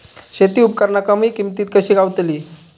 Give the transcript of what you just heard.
शेती उपकरणा कमी किमतीत कशी गावतली?